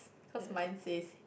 cause mine says